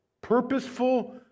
purposeful